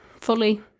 fully